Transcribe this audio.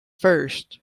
first